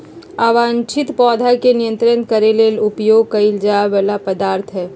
अवांछित पौधा के नियंत्रित करे ले उपयोग कइल जा वला पदार्थ हइ